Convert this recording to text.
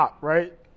right